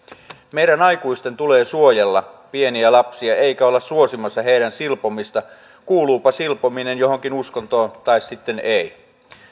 meidän aikuisten tulee suojella pieniä lapsia eikä olla suosimassa heidän silpomista kuuluupa silpominen johonkin uskontoon tai sitten ei